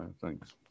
Thanks